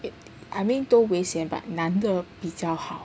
it I mean 都危险 but 男的比较好